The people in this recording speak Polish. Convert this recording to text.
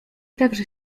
także